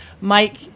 Mike